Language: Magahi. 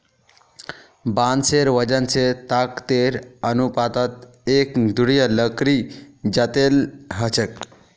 बांसेर वजन स ताकतेर अनुपातत एक दृढ़ लकड़ी जतेला ह छेक